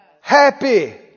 happy